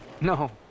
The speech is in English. No